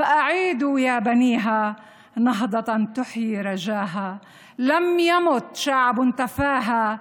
וזו קריאה לבניה להחזיר עטרה ליושנה ולתקומה שתחיה את.